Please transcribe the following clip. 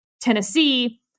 Tennessee